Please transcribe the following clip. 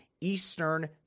Eastern